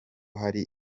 hari